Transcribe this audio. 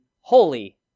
holy